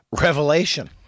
revelation